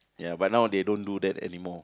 ya but now they don't do that anymore